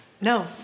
No